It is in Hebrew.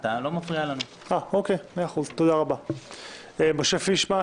לפני הבחירות לכנסת